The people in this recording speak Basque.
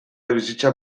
bizitza